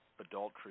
adultery